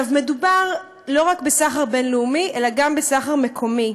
מדובר לא רק בסחר בין-לאומי אלא גם בסחר מקומי.